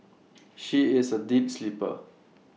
she is A deep sleeper